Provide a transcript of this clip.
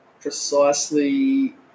Precisely